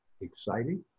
exciting